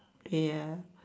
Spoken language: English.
okay ya